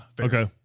Okay